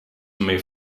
may